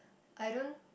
I don't